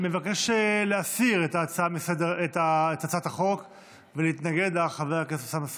מבקש להסיר את הצעת החוק ולהתנגד לה חבר הכנסת אוסאמה סעדי.